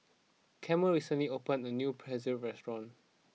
Carmel recently opened a new Pretzel restaurant